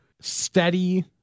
steady